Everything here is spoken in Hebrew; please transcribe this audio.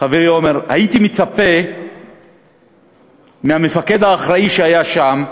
הייתי מצפה מהמפקד האחראי שהיה שם,